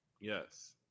Yes